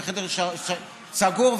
בחדר סגור,